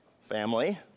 family